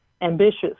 ambitious